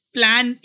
Plan